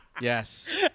Yes